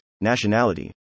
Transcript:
nationality